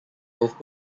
both